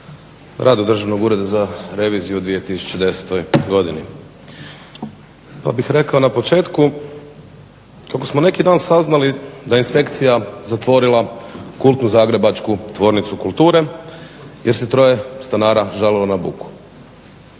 radu Državnog ureda za reviziju u 2010. godini. Pa bih rekao na početku kako smo neki dan saznali da je inspekcija zatvorila kultnu zagrebačku "Tvornicu kulture" jer se troje stanara žalilo na buku.